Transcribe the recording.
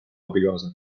abikaasa